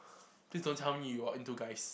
please don't tell me you are into guys